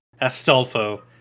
Astolfo